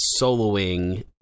soloing